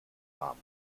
warm